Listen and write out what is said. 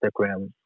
Instagram